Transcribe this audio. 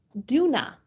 Duna